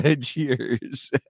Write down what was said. Cheers